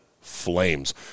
flames